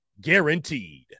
guaranteed